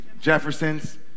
Jefferson's